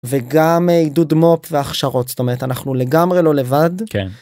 וגם עידוד מופ והכשרות זאת אומרת אנחנו לגמרי לא לבד.